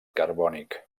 carbònic